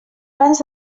abans